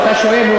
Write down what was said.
כשאתה שואל,